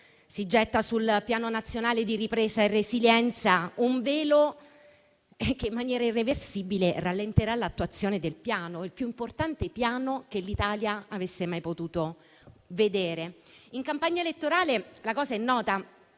Si getta sul Piano nazionale di ripresa e resilienza un velo che in maniera irreversibile ne rallenterà l'attuazione, pur essendo il più importante piano che l'Italia abbia mai potuto vedere. In campagna elettorale, come noto,